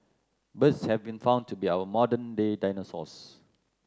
birds have been found to be our modern day dinosaurs